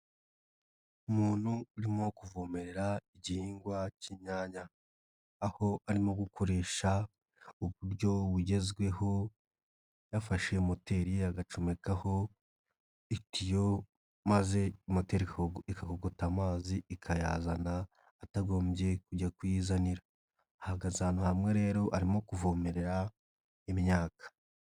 Umuntu urimo kuvomerera igihingwa k'inyanya aho arimo gukoresha uburyo bugezweho yafashe moteri agacomekaho itiyoo maze moteri igakogota amazi ikayazana atagombye kujya kuyizanira ahagaze ahantu hamwe rero arimo kuvomerera imyaka.